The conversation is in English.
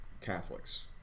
Catholics